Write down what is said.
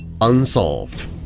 unsolved